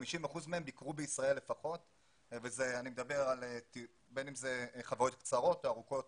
50 אחוזים מהם ביקרו בישראל ואני מדבר על חוויות קצרות או ארוכות